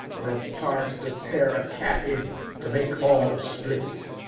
or a part to tear a cat in, to make all split.